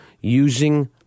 using